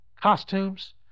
costumes